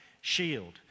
shield